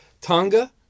Tonga